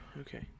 Okay